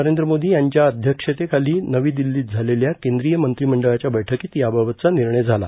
नरेंद्र मोदी यांच्या अध्यक्षतेखाली नवी दिल्लीत झालेल्या केंद्रीय मंत्रिमंडळाच्या बैठ्कीत याबाबतचा निर्णय झाला